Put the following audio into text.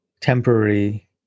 temporary